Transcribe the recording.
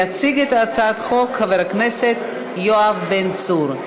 יציג את הצעת החוק חבר הכנסת יואב בן צור.